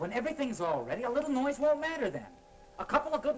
when everything's already a little noise no matter that a couple of good